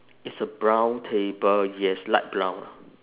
it's a brown table yes light brown